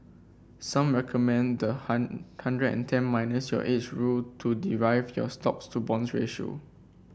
some recommend the hundred and ten minus your age rule to derive your stocks to bonds ratio